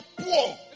poor